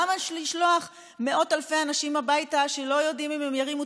למה לשלוח מאות אלפי אנשים הביתה שלא יודעים אם הם ירימו